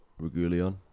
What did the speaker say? Regulion